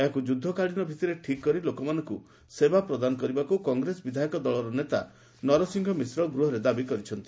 ଏହାକୁ ଯୁଦ୍ଧକାଳୀନ ଭିତ୍ତିରେ ଠିକ୍ କରି ଲୋକମାନଙ୍କୁ ସେବା ପ୍ରଦାନ କରିବାକୁ କଂଗ୍ରେସ ବିଧାୟକ ଦଳର ନେତା ନରସିଂହ ମିଶ୍ର ଗୃହରେ ଦାବି କରିଛନ୍ତି